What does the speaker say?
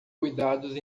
cuidados